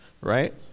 right